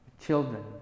children